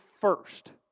first